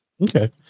Okay